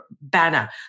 banner